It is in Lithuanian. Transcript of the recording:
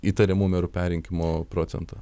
įtariamų merų perrinkimo procentą